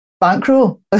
bankroll